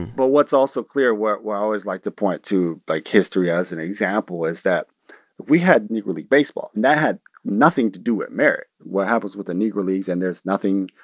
but what's also clear what what i always like to point to, like, history as an example is that we had negro league baseball. and had nothing to do with merit what happens with the negro leagues. and there's nothing,